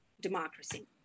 democracy